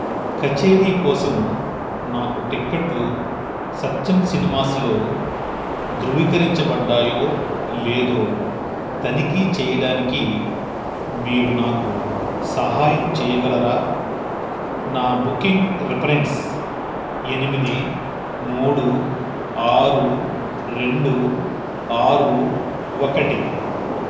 కచేరీ కోసం నాకు టికెట్లు సత్యం సినిమాస్లో ధృవీకరించబడ్డాయో లేదో తనిఖీ చెయ్యడానికి మీరు నాకు సహాయం చెయ్యగలరా నా బుకింగ్ రెఫరెన్స్ ఎనిమిది మూడు ఆరు రెండు ఆరు ఒకటి